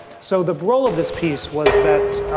so the b-roll of this piece was that